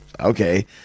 Okay